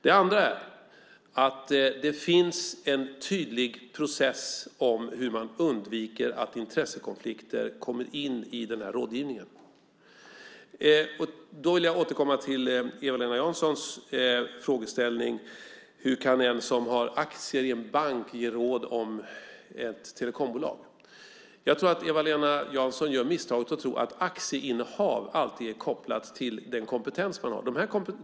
Det andra är att det finns en tydlig process om hur man undviker att intressekonflikter kommer in i den här rådgivningen. Då vill jag återkomma till Eva-Lena Janssons fråga om hur en som har aktier i en bank kan ge råd om ett telekombolag. Jag tror att Eva-Lena Jansson gör misstaget att tro att ett aktieinnehav alltid är kopplat till den kompetens man har.